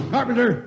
Carpenter